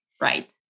Right